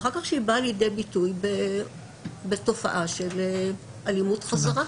ואחר כך היא באה לידי ביטוי בתופעה של אלימות חזרה.